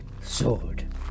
sword